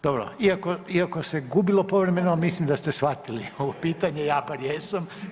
Dobro, iako se gubilo povremeno, ali mislim da ste shvatili ovo pitanje, ja bar jesam.